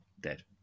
dead